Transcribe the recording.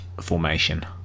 formation